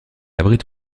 abrite